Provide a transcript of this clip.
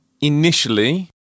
initially